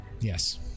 Yes